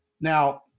Now